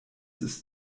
ist